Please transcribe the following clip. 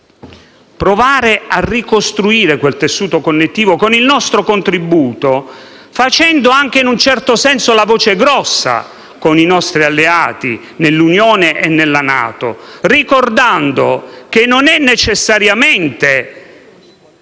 provare a ricostruire quel tessuto connettivo con il nostro contributo, facendo anche, in un certo senso, la voce grossa con i nostri alleati nell'Unione europea e nella NATO, ricordando che non è più possibile